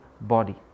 body